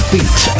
Beat